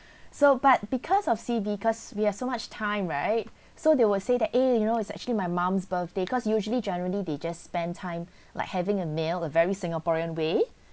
so but because of C_B because we have so much time right so they will say to eh you know it's actually my mom's birthday cause usually generally they just spend time like having a meal a very singaporean way